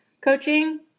coaching